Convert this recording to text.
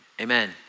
amen